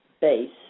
base